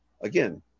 again